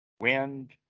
wind